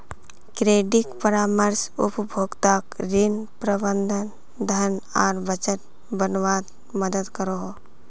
credit परामर्श उपभोक्ताक ऋण, प्रबंधन, धन आर बजट बनवात मदद करोह